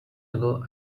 ago